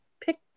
pick